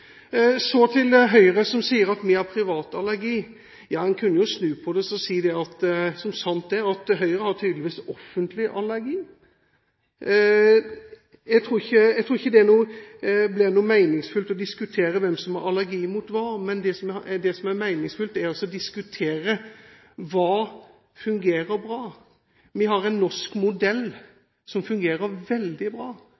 Så til Høyre som sier at vi har «privat allergi». En kunne jo snu på det og si, som sant er, at Høyre tydeligvis har offentlig allergi. Jeg tror ikke det blir noe meningsfullt å diskutere hvem som har allergi mot hva, men det som er meningsfullt, er å diskutere hva som fungerer bra. Vi har en norsk modell